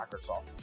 microsoft